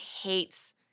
hates